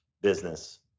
business